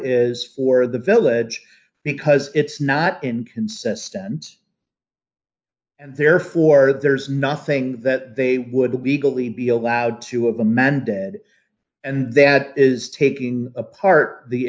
is for the village because it's not inconsistent and therefore there's nothing that they would the beagle lee be allowed to of the man dead and that is taking apart the